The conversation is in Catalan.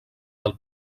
del